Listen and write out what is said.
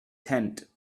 tent